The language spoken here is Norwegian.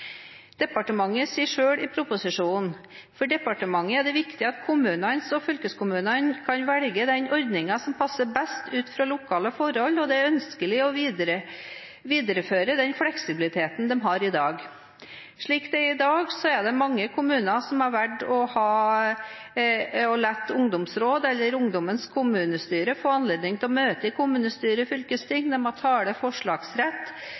Departementet skriver selv i proposisjonen: «For departementet er det viktig at kommunane og fylkeskommunane kan velje den ordninga som passar best ut frå lokale forhold, og det er ønskjeleg å føre vidare den fleksibiliteten dei har i dag.» Slik det er i dag, er det mange kommuner som har valgt å la ungdomsråd eller ungdommens kommunestyre få anledning til å møte i kommunestyre/fylkesting, de har tale- og forslagsrett,